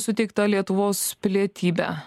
suteiktą lietuvos pilietybę